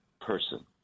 person